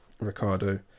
Ricardo